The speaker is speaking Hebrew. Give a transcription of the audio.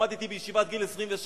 למדתי בישיבה עד גיל 26,